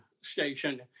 station